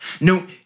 No